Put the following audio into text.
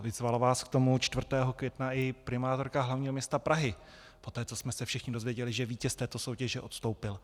Vyzvala vás k tomu 4. května i primátorka hlavního města Prahy poté, co jsme se všichni dozvěděli, že vítěz této soutěže odstoupil.